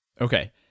Okay